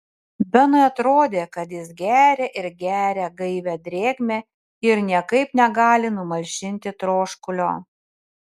benui atrodė kad jis geria ir geria gaivią drėgmę ir niekaip negali numalšinti troškulio